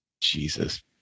Jesus